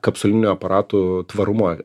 kapsulinių aparatų tvarumo